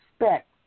expect